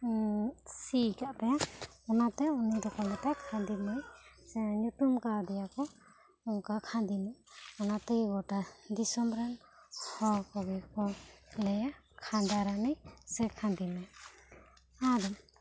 ᱥᱤᱭᱟᱠᱟᱫ ᱛᱟᱭᱟ ᱚᱱᱟ ᱛᱮ ᱩᱱᱤ ᱫᱚ ᱠᱚ ᱢᱮᱛᱟᱭᱟ ᱠᱷᱟᱹᱱᱫᱤ ᱢᱟᱹᱭ ᱥᱮ ᱧᱩᱛᱩᱢ ᱟᱠᱟᱣᱟᱫᱮᱭᱟ ᱠᱚ ᱚᱱᱠᱟ ᱚᱱᱟᱛᱮ ᱜᱚᱴᱟ ᱫᱤᱥᱚᱢ ᱨᱮᱱ ᱦᱚᱲ ᱠᱚᱜᱮ ᱠᱚ ᱞᱟᱹᱭᱟ ᱠᱷᱟᱱᱫᱟᱨᱟᱹᱱᱤ ᱥᱮ ᱠᱷᱟᱱᱫᱤ ᱢᱟᱹᱭ ᱟᱫᱚ